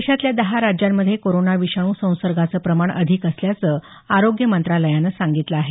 देशातल्या दहा राज्यांमध्ये कोरोना विषाणू संसर्गाचं प्रमाण अधिक असल्याचं आरोग्य मंत्रालयानं सांगितलं आहे